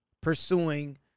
pursuing